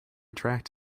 tract